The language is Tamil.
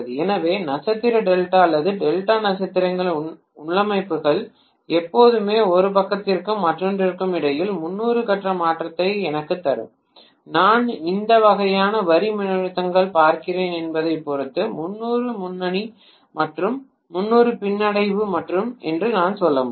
எனவே நட்சத்திர டெல்டா அல்லது டெல்டா நட்சத்திர உள்ளமைவுகள் எப்போதுமே ஒரு பக்கத்திற்கும் மற்றொன்றுக்கும் இடையில் 300 கட்ட மாற்றத்தை எனக்குத் தரும் நான் எந்த வகையான வரி மின்னழுத்தங்களைப் பார்க்கிறேன் என்பதைப் பொறுத்து 300 முன்னணி அல்லது 300 பின்னடைவு என்று சொல்ல முடியும்